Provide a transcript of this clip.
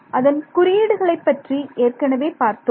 அதன் குறியீடுகளை பற்றி ஏற்கனவே பார்த்தோம்